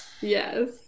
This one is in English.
Yes